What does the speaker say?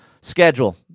schedule